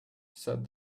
said